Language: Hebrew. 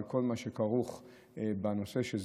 וכל מה שכרוך בנושא,